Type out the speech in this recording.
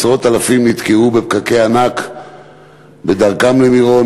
עשרות אלפים נתקעו בפקקי ענק בדרכם למירון